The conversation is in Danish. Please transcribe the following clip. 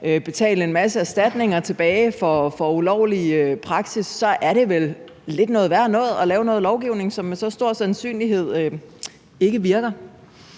betale en masse erstatninger for ulovlig praksis, så er det vel lidt noget værre noget at lave noget lovgivning, som med så stor sandsynlighed ikke virker.